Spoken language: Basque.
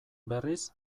berriz